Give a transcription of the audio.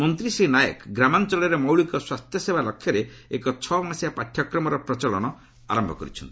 ମନ୍ତ୍ରୀ ଶ୍ରୀ ନାୟକ ଗ୍ରାମାଞ୍ଚଳରେ ମୌଳିକ ସ୍ୱାସ୍ଥ୍ୟସେବା ଲକ୍ଷ୍ୟରେ ଏକ ଛଅ ମାସିଆ ପାଠ୍ୟକ୍ରମର ପ୍ରଚଳନ ଆରମ୍ଭ କରିଛନ୍ତି